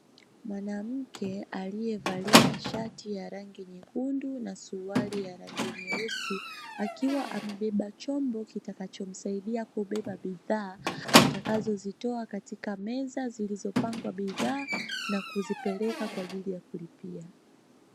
Mwanamke aliyevalia shati ya rangi nyekundu na suruali ya rangi nyeusi, akiwa amebeba chombo kitakachomsaidia kubeba bidhaa atakazozitoa katika meza zilizopangwa bidhaa na kuzipeleka kwa ajili ya kuzilipia.